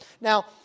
Now